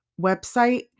website